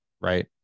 right